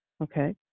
Okay